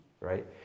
Right